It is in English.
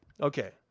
Okay